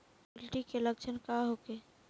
गिलटी के लक्षण का होखे?